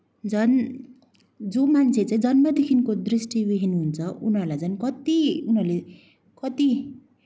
झन् जो मान्छेले चाहिँ जन्मदेखिको दृष्टिविहीन हुन्छ उनीहरूलाई झन् उनीहरूलाई चाहिँ कति उनीहरूले कति